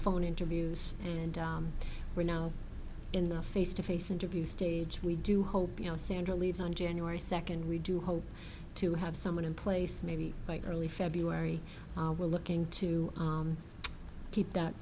phone interviews and we're now in the face to face interview stage we do hope you know sandra leaves on january second we do hope to have someone in place maybe by early february we're looking to keep that